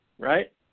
Right